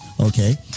Okay